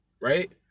right